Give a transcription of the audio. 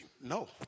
no